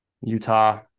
utah